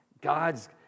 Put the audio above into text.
God's